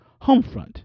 Homefront